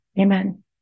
amen